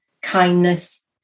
kindness